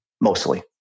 mostly